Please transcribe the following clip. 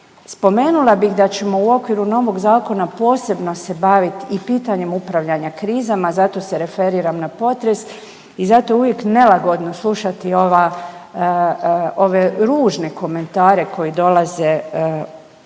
Spomenula bih da ćemo u okviru novog zakona posebno se bavit i pitanjem upravljanja krizama, zato se referiram na potres i zato je uvijek nelagodno slušati ova, ove ružne komentare koji dolaze,